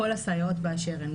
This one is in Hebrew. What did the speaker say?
הסייעות באשר הן.